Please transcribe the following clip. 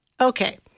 Okay